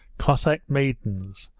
cossack maidens,